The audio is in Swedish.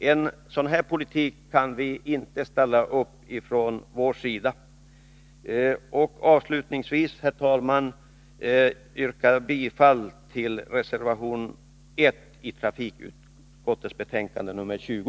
En sådan politik kan inte folkpartiet ställa sig bakom. Avslutningsvis, herr talman, yrkar jag bifall till reservationen 1 i trafikutskottets betänkande 20.